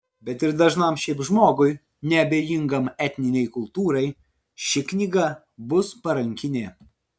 bet ir dažnam šiaip žmogui neabejingam etninei kultūrai ši knyga bus parankinė